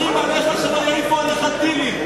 יהודה ושומרון שומרים עליך שלא יעיפו עליך טילים.